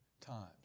times